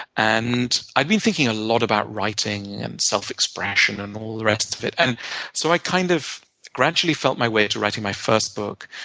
and i'd been thinking a lot about writing and self expression and all the rest of it, and so i kind of gradually felt my way to writing my first book,